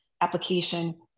application